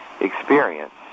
experience